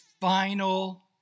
final